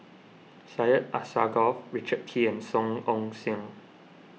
Syed Alsagoff Richard Kee and Song Ong Siang